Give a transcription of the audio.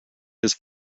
his